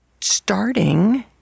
starting